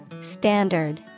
Standard